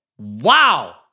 Wow